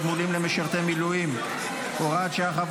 תגמולים למשרתים במילואים) (הוראת שעה,